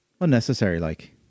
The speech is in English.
unnecessary-like